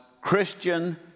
christian